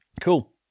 cool